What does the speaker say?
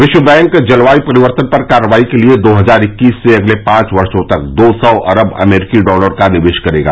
विश्व बैंक जलवायु परिवर्तन पर कार्रवाई के लिए दो हजार इक्कीस से अगले पांच वर्षों तक दो सौ अरब अमरीकी डॉलर का निवेश करेगा